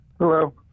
Hello